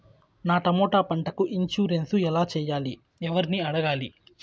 నా టమోటా పంటకు ఇన్సూరెన్సు ఎలా చెయ్యాలి? ఎవర్ని అడగాలి?